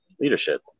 leadership